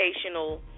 educational